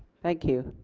thank you.